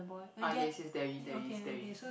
ah yes yes there is there is there is